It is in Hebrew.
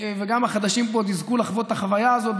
וגם החדשים פה עוד יזכו לחוות את החוויה הזאת,